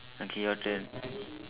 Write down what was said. okay your turn